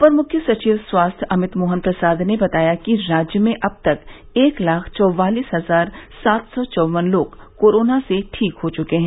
अपर मुख्य सचिव स्वास्थ्य अमित मोहन प्रसाद ने बताया कि राज्य में अब तक एक लाख चौवालिस हजार सात सौ चौवन लोग कोरोना से ठीक हो चुके हैं